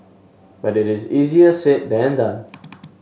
but it is easier said than done